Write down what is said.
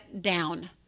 down